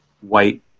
white